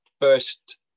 first